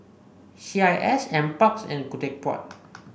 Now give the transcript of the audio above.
C I S N parks and